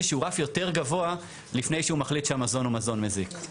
שהוא רף יותר גבוה לפני שהוא מחליט שהמזון הוא מזון מזיק.